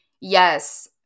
yes